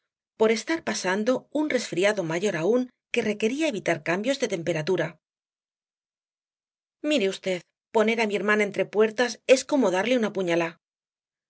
por estar pasando un resfriado mayor aún que requería evitar cambios de temperatura mire v poner á mi hermana entre puertas es como darle una puñalá